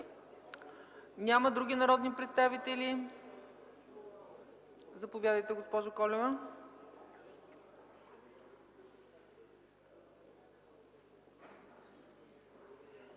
Няма. Други народни представители? Заповядайте, госпожо Колева.